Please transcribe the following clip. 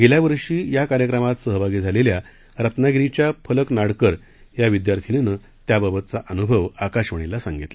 गेल्यावर्षी या कार्यक्रमात सहभागी झालेल्या रत्नागिरीच्या फलक नाडकर या विद्यार्थींनीनं त्याबाबतचा अनुभव आकाशवाणीला सांगितला